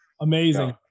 amazing